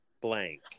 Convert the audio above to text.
blank